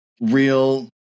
real